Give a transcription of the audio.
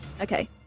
Okay